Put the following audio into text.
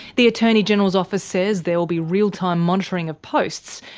the attorney general's office says there will be real-time monitoring of posts,